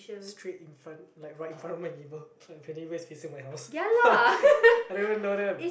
straight in front like right in front of my neighbour so I facing my house I don't even know them